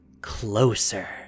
Closer